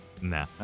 Nah